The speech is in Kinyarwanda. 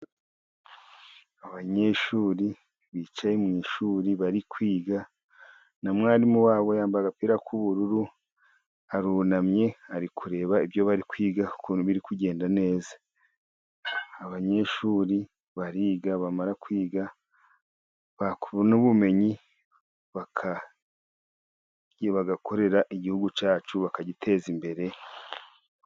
Abanyeshuri bicaye mu ishuri, bari kwiga, na mwarimu wabo yambaye agapira k'ubururu, arunamye, ari kureba ibyo bari kwiga ukuntu biri kugenda neza. Abanyeshuri bariga, bamara kwiga, babona ubumenyi bagakorera igihugu cyacu, bakagiteza imbere.